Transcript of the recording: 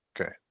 okay